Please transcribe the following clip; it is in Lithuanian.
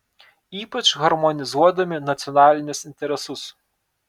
ypač harmonizuodami nacionalinius interesus